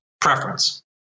preference